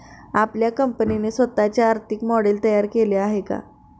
आपल्या कंपनीने स्वतःचे आर्थिक मॉडेल तयार केले आहे का?